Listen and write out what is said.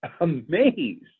amazed